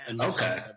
okay